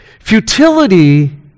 Futility